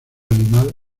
animal